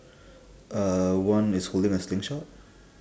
uh one is holding a slingshot